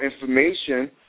information